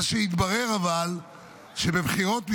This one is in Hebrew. אבל מה שהתברר, שבבחירות מיוחדות,